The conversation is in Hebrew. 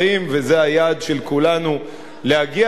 וזה היעד שכולנו רוצים להגיע אליו.